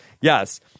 Yes